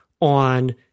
on